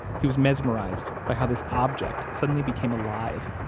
he was mesmerized by how this object suddenly became alive,